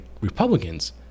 Republicans